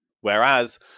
Whereas